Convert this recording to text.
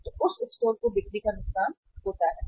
तो उस स्टोर को बिक्री का नुकसान होता है